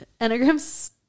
Enneagrams